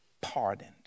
pardoned